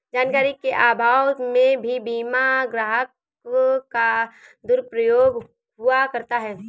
जानकारी के अभाव में भी बीमा ग्राहक का दुरुपयोग हुआ करता है